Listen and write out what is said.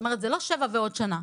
זאת אומרת זה לא שבע ועוד שנה,